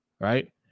right